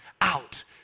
out